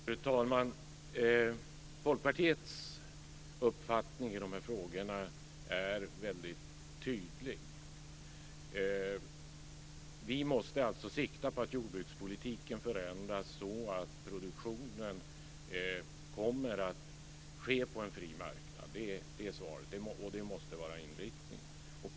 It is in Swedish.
Fru talman! Folkpartiets uppfattning i de här frågorna är väldigt tydlig. Vi måste sikta på att jordbrukspolitiken förändras så att produktionen kommer att ske på en fri marknad. Det är svaret. Det måste vara inriktningen.